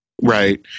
Right